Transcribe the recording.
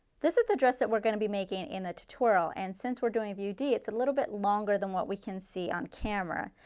this is the dress that we are going to be making in the tutorial and since we are doing view d, it's a little bit longer than what we can see on camera.